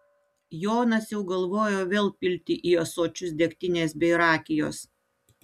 jonas jau galvojo vėl pilti į ąsočius degtinės bei rakijos